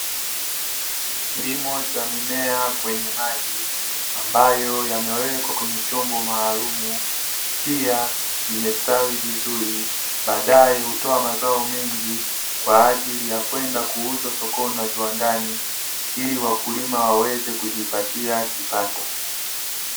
Kilimo cha mimea kwenye maji, ambayo yamewekwa kwenye chombo maalumu pia imestawi vizuri baadae hutoa mazao mengi kwa ajili ya kwenda kuuzwa sokoni na viwandani; ili wakulima waweze kujipatia kipato.